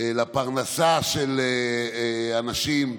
לפרנסה של אנשים,